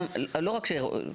לא רק שרואים.